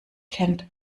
kennt